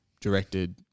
directed